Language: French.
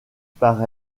par